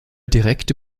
direkte